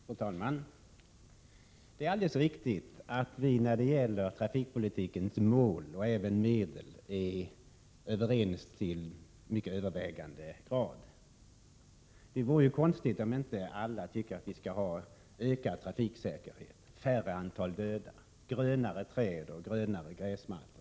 Fru talman! Det är alldeles riktigt att vi i stort sett är överens om trafikpolitikens mål och medel. Det vore ju konstigt om inte alla ansåg att vi skall ha en ökad trafiksäkerhet, färre antal dödsolyckor, grönare träd och grönare gräsmattor.